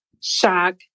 shock